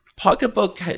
Pocketbook